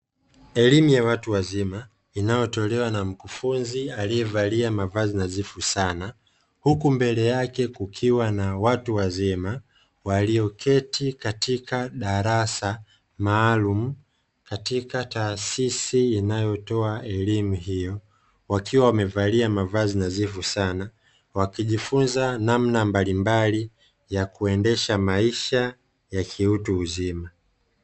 Elimu ya watu wazima inayotolewa na mkufunzi aliyevalia mavazi nadhifu sana, huku mbele yake kukiwa na watu wazima walioketi katika darasa maalumu; katika taasisi inayotoa elimu hiyo wakiwa wamevalia mavazi nadhifu sana, wakijifunza namna mbalimbali ya kuendesha maisha ya kiutu uzima.